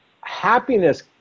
happiness